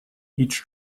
each